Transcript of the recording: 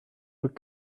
but